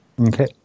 Okay